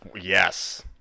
yes